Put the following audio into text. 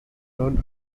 turned